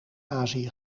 azië